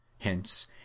hence